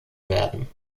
werden